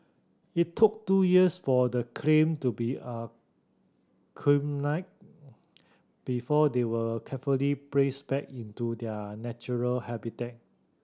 it took two years for the clam to be before they were carefully praise back into their natural habitat